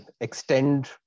extend